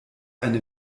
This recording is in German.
eine